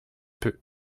peu